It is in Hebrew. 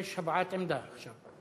יש הבעת עמדה עכשיו.